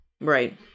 Right